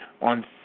On